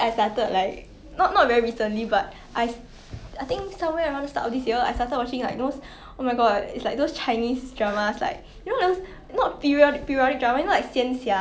I heard